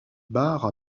bars